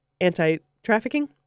anti-trafficking